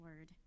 word